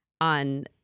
on